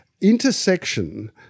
intersection